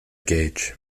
gauge